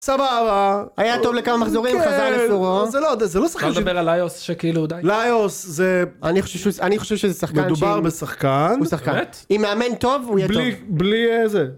סבבה, היה טוב לכמה מחזורים, חזר לפירו, זה לא סכם ש... אני רוצה לדבר על ליוס שכאילו די... ליוס זה... אני חושב שזה שחקן ש... מדובר בשחקן. הוא שחקן. אם מאמן טוב הוא יהיה טוב. בלי זה.